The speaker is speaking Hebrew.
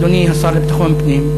אדוני השר לביטחון פנים,